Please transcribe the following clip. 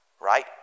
right